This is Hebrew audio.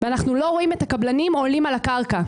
אנחנו לא רואים את הקבלנים עולים על הקרקע,